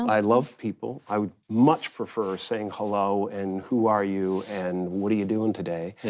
i love people, i would much prefer saying hello and who are you and what are you doing today?